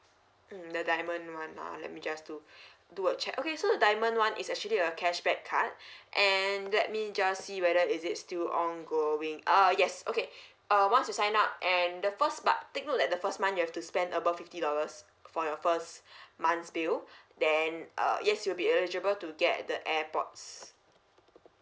mm the diamond one ah let me just do do a check okay so the diamond one is actually a cashback card and let me just see whether is it still ongoing ah yes okay uh once you sign up and the first but take note that the first month you have to spend above fifty dollars for your first month's bill then err yes you'll be eligible to get the airpods